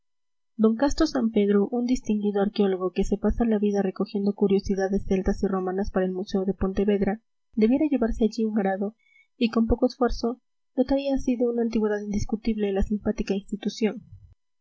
don casto sampedro un distinguido arqueólogo que se pasa la vida recogiendo curiosidades celtas y romanas para el museo de pontevedra debiera llevarse allí un arado y con poco esfuerzo dotaría así de una antigüedad indiscutible a la simpática institución